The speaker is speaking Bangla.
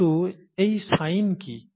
কিন্তু এই সাইন কি